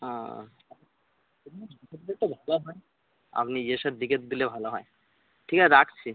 আপনি এসে দেখে দিলে ভালো হয় ঠিক আছে রাখছি